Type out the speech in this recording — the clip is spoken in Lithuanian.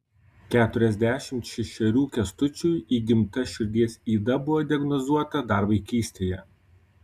keturiasdešimt šešerių kęstučiui įgimta širdies yda buvo diagnozuota dar vaikystėje